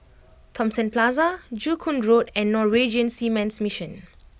Thomson Plaza Joo Koon Road and Norwegian Seamen's Mission